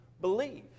believe